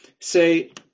say